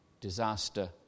disaster